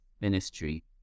ministry